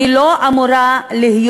והיא לא אמורה להיות